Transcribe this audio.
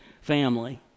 family